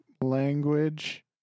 language